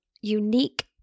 unique